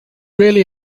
really